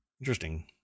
interesting